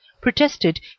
protested